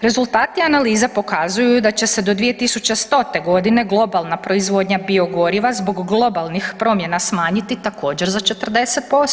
Rezultati analize pokazuju da će se do 2100.g. globalna proizvodnja biogoriva zbog globalnih promjena smanjiti također za 40%